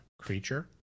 creature